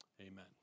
amen